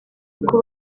uko